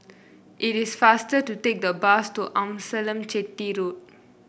it is faster to take the bus to Amasalam Chetty Road